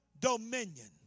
dominion